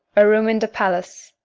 a room in the palace.